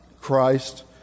Christ